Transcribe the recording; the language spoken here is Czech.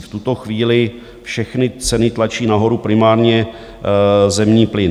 V tuto chvíli všechny ceny tlačí nahoru primárně zemní plyn.